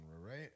right